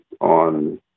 on